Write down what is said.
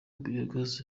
biogaz